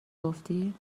گفتی